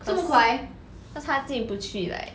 可是他进不去 like